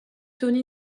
tony